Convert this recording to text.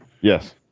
Yes